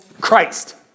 Christ